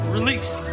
Release